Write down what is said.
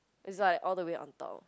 it's like all the way on top